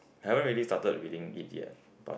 I haven't really started reading it yet but